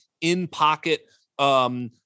in-pocket